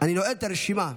אני נועל את הרשימה.